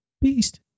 Beast